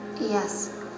Yes